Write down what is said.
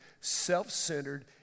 self-centered